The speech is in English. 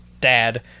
dad